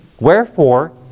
wherefore